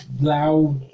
loud